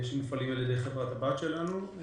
שמופעלים על ידי חברת הבת שלנו.